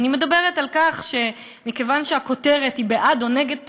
אני מדברת על כך שמכיוון שהכותרת היא בעד או נגד טרור,